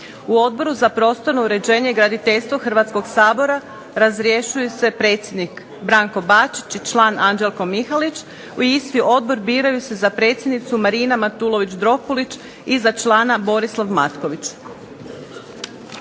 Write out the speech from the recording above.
U Odboru za prostorno uređenje i graditeljstvo Hrvatskog sabora razrješuju se predsjednik Branko Bačić i član Anđelko Mihalić. U isti odbor biraju se za predsjednicu Marina Matulović Dropulić, i za člana Borislav Matković.